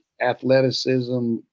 athleticism